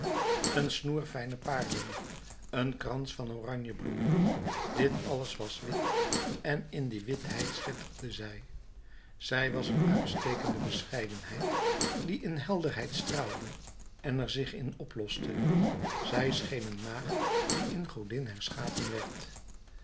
een snoer fijne paarlen een krans van oranjebloemen dit alles was wit en in die witheid schitterde zij zij was een uitstekende bescheidenheid die in helderheid straalde en er zich in oploste zij scheen een maagd die in godin herschapen werd